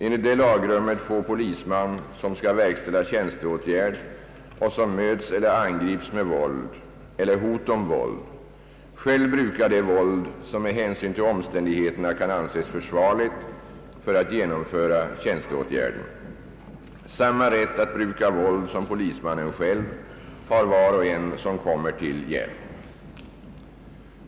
Enligt lagrummet får polisman, som skall verkställa tjänsteåtgärd och som möts eller angrips med våld eller hot om våld själv bruka det våld som med hänsyn till omständigheterna kan anses försvarligt för att genomföra tjänsteåtgärden. Samma rätt att bruka våld som polismannen själv har var och en som kommer honom till hjälp.